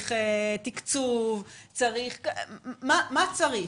צריך תקצוב, מה צריך.